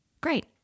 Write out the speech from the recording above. Great